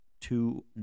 two